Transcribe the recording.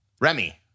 Remy